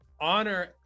honor